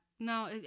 No